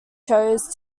chose